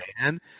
man